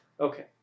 Okay